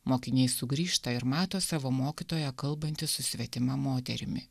mokiniai sugrįžta ir mato savo mokytoją kalbantį su svetima moterimi